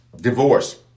divorce